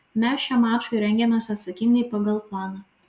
mes šiam mačui rengiamės atsakingai pagal planą